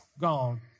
Gone